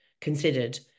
considered